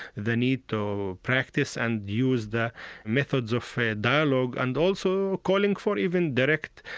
the need to practice and use that methods of fair dialogue, and also calling for even direct,